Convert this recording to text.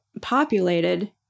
populated